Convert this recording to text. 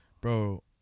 bro